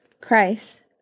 Christ